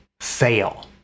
fail